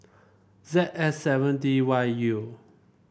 Z S seven D Y U